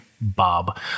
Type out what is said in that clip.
Bob